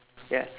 ya